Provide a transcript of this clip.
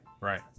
right